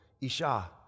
Isha